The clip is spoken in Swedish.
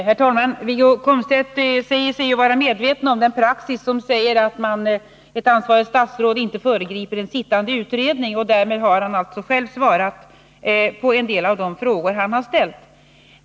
Herr talman! Wiggo Komstedt säger sig vara medveten om den praxis som innebär att ett ansvarigt statsråd inte föregriper en sittande utredning. Därmed har han alltså själv svarat på en del av de frågor han har ställt.